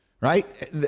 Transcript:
right